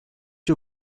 you